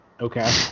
okay